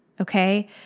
Okay